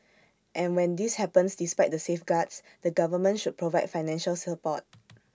and when this happens despite the safeguards the government should provide financial support